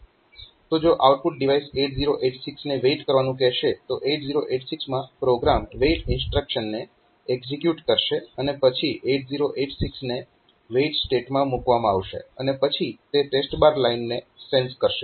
તો જો output device 8086 ને વેઇટ કરવાનું કહેશે તો 8086 માં પ્રોગ્રામ WAIT ઇન્સ્ટ્રક્શનને એકઝીક્યુટ કરશે અને પછી 8086 ને વેઇટ સ્ટેટમાં મૂકવામાં આવશે અને પછી તે TEST લાઈનને સેન્સ કરશે